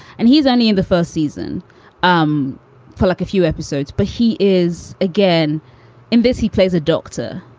and he's only in the first season um for like a few episodes. but he is again in this. he plays a doctor,